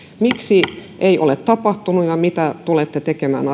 miksi ei ole tapahtunut ja mitä tulette tekemään